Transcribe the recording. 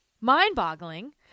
Mind-boggling